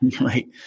Right